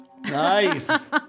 Nice